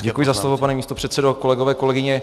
Děkuji za slovo, pane místopředsedo. Kolegové, kolegyně.